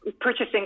purchasing